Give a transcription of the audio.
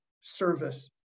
service